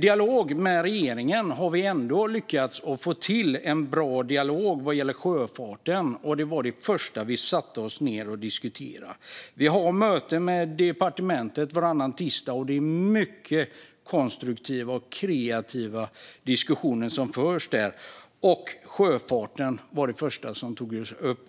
Vi har ändå lyckats få till en bra dialog med regeringen vad gäller sjöfarten. Det var det första vi satte oss ned och diskuterade. Vi har möte med departementet varannan tisdag. Det är mycket konstruktiva och kreativa diskussioner som förs. Sjöfarten var det första som togs upp.